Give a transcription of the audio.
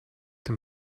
dem